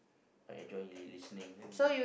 I enjoyed you listening then